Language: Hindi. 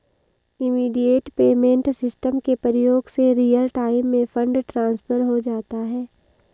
इमीडिएट पेमेंट सिस्टम के प्रयोग से रियल टाइम में फंड ट्रांसफर हो जाता है